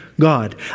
God